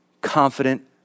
confident